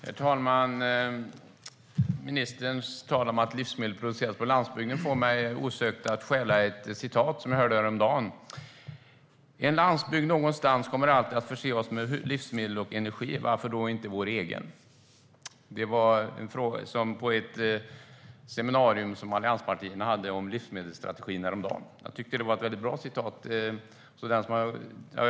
Herr talman! Ministerns tal om att livsmedel produceras på landsbygden får mig osökt att vilja återge något som jag hörde häromdagen: En landsbygd någonstans kommer alltid att förse oss med livsmedel och energi. Varför då inte vår egen? Det hörde jag på ett seminarium som allianspartierna hade om livsmedelsstrategin, och jag tycker att det var bra sagt.